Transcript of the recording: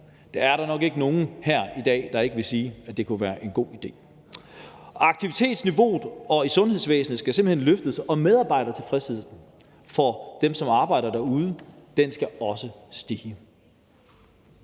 Det er der nok ikke nogen her i dag der ikke vil sige ville være en god idé. Aktivitetsniveauet i sundhedsvæsenet skal simpelt hen løftes, og medarbejdertilfredsheden for dem, der arbejder derude, skal også stige.